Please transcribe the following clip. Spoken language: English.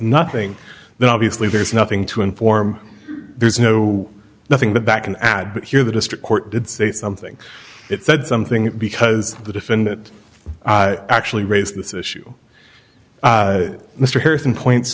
nothing then obviously there's nothing to inform there's no nothing to back an ad but here the district court did say something it said something because the defendant actually raised this issue mr harrison points